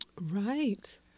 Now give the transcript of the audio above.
Right